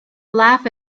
laugh